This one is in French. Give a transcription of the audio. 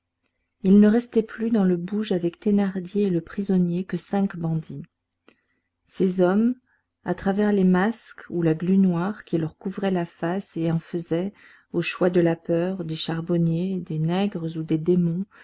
il ne restait plus dans le bouge avec thénardier et le prisonnier que cinq bandits ces hommes à travers les masques ou la glu noire qui leur couvrait la face et en faisait au choix de la peur des charbonniers des nègres ou des démons